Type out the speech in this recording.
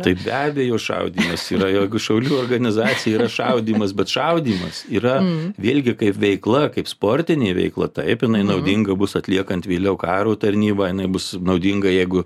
taip be abejo šaudymas yra jeigu šaulių organizacija yra šaudymas bet šaudymas yra vėlgi kaip veikla kaip sportinė veikla taip jinai naudinga bus atliekant vėliau karo tarnybą jinai bus naudinga jeigu